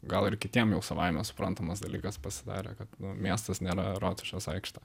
gal ir kitiem jau savaime suprantamas dalykas pasidarė kad miestas nėra rotušės aikštė